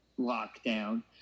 lockdown